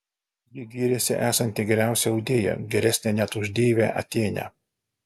ji gyrėsi esanti geriausia audėja geresnė net už deivę atėnę